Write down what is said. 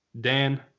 Dan